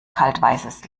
kaltweißes